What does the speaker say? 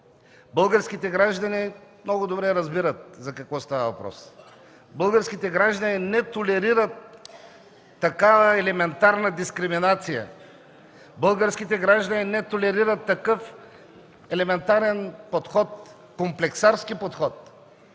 Българските граждани много добре разбират за какво става въпрос. Българските граждани не толерират такава елементарна дискриминация. Българските граждани не толерират такъв елементарен подход, комплексарски подход.